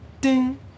ding